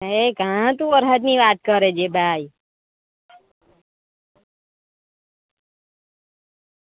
એ કાં તું વરસાદની વાત કરે છે ભાઈ